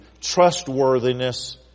trustworthiness